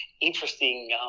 interesting